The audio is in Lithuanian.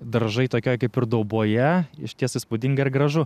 daržai tokioj kaip ir dauboje išties įspūdinga ir gražu